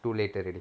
too late already